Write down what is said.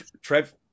Trev